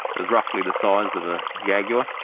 it was roughly the size of a jaguar,